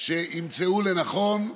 שימצאו לנכון.